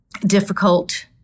difficult